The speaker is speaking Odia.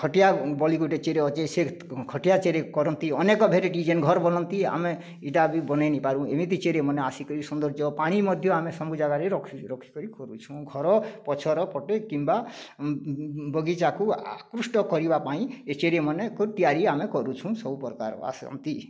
ଖଟିଆ ବୋଲି ଗୋଟେ ଚେର ଅଛି ସେ ଖଟିଆ ଚେରରେ କରନ୍ତି ଅନେକ ଡିଜାଇନ୍ ଘର ବନାନ୍ତି ଆମେ ଇଟା ବି ବନେଇ ନେଇ ପାରବୁଁ ଏମିତି ଚେରେ ମାନେ ଆସିକରି ସୌନ୍ଦର୍ଯ୍ୟ ପାଣି ମଧ୍ୟ ଆମେ ସବୁ ଜାଗାରେ ରଖି ରଖିକିରି କରୁଛୁଁ ଘର ପଛର ପଟେ କିମ୍ୱା ବଗିଚାକୁ ଆକୃଷ୍ଟ କରିବା ପାଇଁ ଏଥିରେ ଏମାନେ ଏକ ତିଆରି ଆମେ କରୁଛୁଁ ସବୁପ୍ରକାର ଆସନ୍ତି